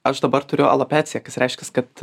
aš dabar turiu alopeciją kas reiškias kad